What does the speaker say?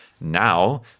Now